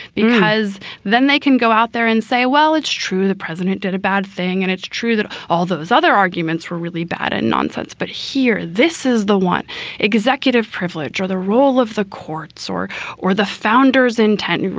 because then they can go out there and say, well, it's true, the president did a bad thing and it's true that all those other arguments were really bad and nonsense. but here, this is the one executive privilege or the role of the courts or or the founders intent, and